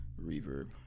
reverb